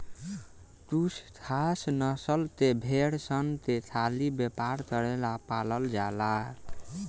कुछ खास नस्ल के भेड़ सन के खाली व्यापार करेला पालल जाला